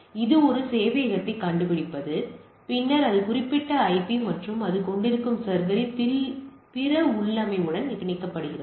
எனவே இது ஒரு சேவையகத்தைக் கண்டுபிடிப்பது பின்னர் அந்த குறிப்பிட்ட ஐபி மற்றும் அது கொண்டிருக்கும் சர்வரின் பிற உள்ளமைவுடன் பிணைக்கப்பட்டுள்ளது